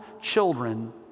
children